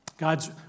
God's